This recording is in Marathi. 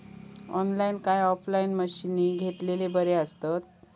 ऑनलाईन काय ऑफलाईन मशीनी घेतलेले बरे आसतात?